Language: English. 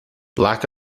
lack